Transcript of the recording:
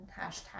hashtag